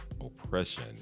oppression